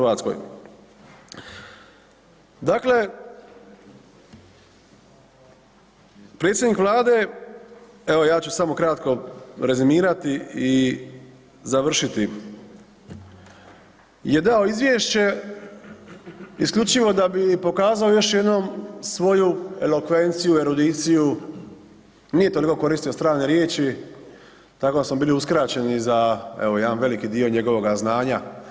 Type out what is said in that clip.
Dakle, predsjednik vlade, evo ja ću samo kratko rezimirati i završiti, je dao izvješće isključivo da bi pokazao još jednom svoju elokvenciju, erudiciju, nije toliko koristio strane riječi, tako da smo bili uskraćeni za evo jedan veliki dio njegovoga znanja.